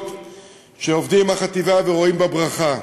שעובדים עם החטיבה ורואים בה ברכה.